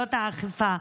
שרשויות האכיפה,